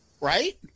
Right